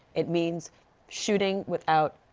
it means shooting without